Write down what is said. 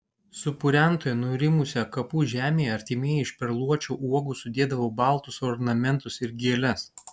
supurentoje nurimusioje kapų žemėje artimieji iš perluočio uogų sudėdavo baltus ornamentus ir gėles